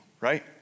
right